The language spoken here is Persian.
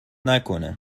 نکنه